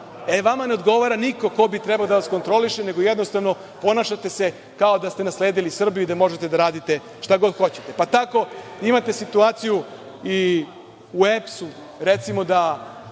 Vama ne odgovara niko ko bi trebao da vas kontroliše nego jednostavno ponašate se kao da ste nasledili Srbiju i da možete da radite šta god hoćete. Tako imate situaciju i u EPS-u, recimo da,